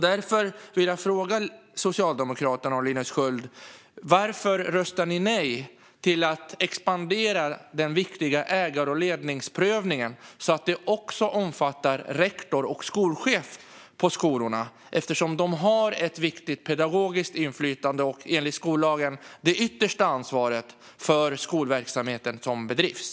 Därför vill jag fråga Socialdemokraterna och Linus Sköld: Varför röstar ni nej till att expandera den viktiga ägar och ledningsprövningen till att också omfatta rektor och skolchef på skolorna, eftersom de har ett viktigt pedagogiskt inflytande och enligt skollagen det yttersta ansvaret för den skolverksamhet som bedrivs?